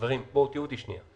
חברים, תהיו איתי שנייה.